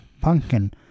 Pumpkin